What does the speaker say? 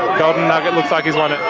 golden nugget looks like he's won it.